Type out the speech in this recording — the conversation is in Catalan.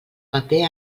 paper